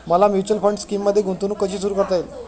मला mutual fund स्कीममध्ये गुंतवणूक कशी सुरू करता येईल?